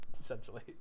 essentially